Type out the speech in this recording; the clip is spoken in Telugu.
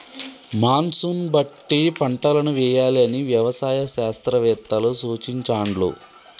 మాన్సూన్ బట్టి పంటలను వేయాలి అని వ్యవసాయ శాస్త్రవేత్తలు సూచించాండ్లు